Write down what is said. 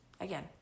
Again